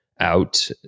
out